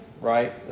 right